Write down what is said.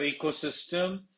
ecosystem